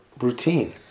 routine